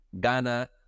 Ghana